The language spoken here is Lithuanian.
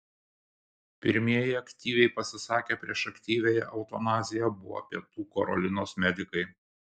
pirmieji aktyviai pasisakę prieš aktyviąją eutanaziją buvo pietų karolinos medikai